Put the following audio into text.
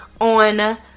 on